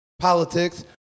politics